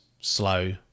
slow